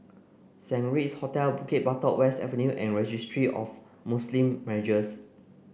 Saint Regis Hotel Bukit Batok West Avenue and Registry of Muslim Marriages